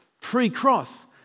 pre-cross